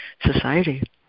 Society